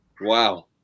Wow